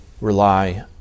rely